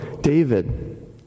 David